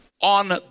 on